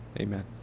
Amen